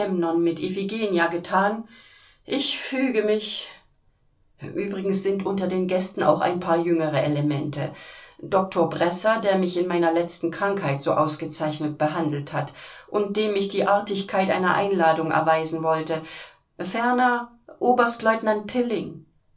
mit iphigenia gethan ich füge mich übrigens sind unter den gästen auch ein paar jüngere elemente doktor bresser der mich in meiner letzten krankheit so ausgezeichnet behandelt hat und dem ich die artigkeit einer einladung erweisen wollte ferner oberstlieutenant tilling